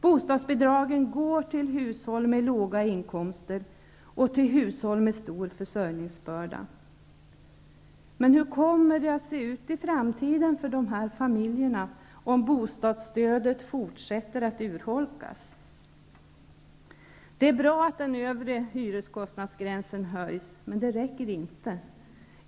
Bostadsbidragen går till hushåll med låga inkomster och till hushåll med stor försörjningsbörda. Hur kommer framtiden att se ut för dessa familjer om bostadsstödet fortsätter att urholkas? Det är bra att den övre hyreskostnadsgränsen höjs, men det räcker inte.